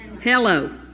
Hello